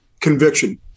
conviction